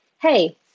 hey